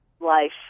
life